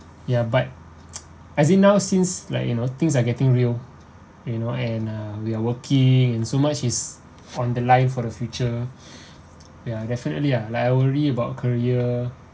ya but as in now since like you know things are getting real you know and uh we are working and so much is on the line for the future ya definitely ah like I worry about career